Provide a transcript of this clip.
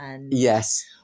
Yes